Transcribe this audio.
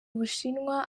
bushinwa